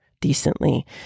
decently